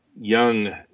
young